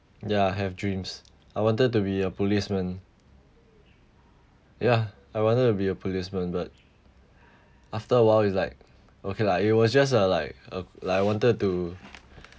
ya have dreams I wanted to be a policeman ya I wanted to be a policeman but after a while it's like okay lah it was just a like a like I wanted to